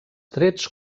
trets